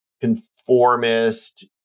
conformist